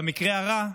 במקרה הרע,